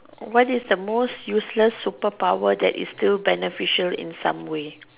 what is the most useless super power that is still beneficial in some way